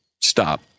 stop